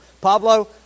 Pablo